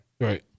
Right